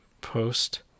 post